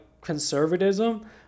conservatism